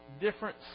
different